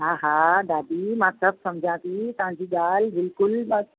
हा हा दादी मां सभु समुझां थी तव्हांजी ॻाल्हि बिल्कुलु ब